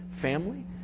family